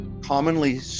commonly